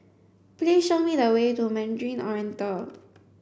please show me the way to Mandarin Oriental